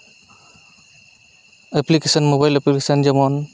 application mobile application ᱡᱮᱢᱚᱱ